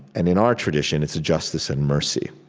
and in our tradition, it's justice and mercy,